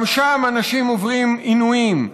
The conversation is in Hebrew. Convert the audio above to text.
גם שם אנשים עוברים עינויים,